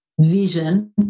vision